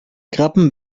krabben